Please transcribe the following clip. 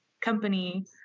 company